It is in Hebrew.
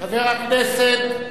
חבר הכנסת.